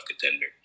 contender